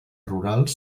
rurals